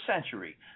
century